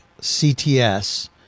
CTS